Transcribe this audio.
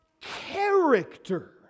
character